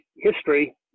history